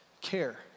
care